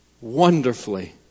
wonderfully